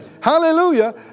Hallelujah